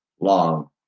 long